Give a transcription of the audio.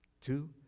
Two